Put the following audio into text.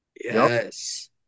Yes